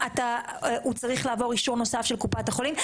הוא צריך לעבור אישור נוסף של קופת החולים?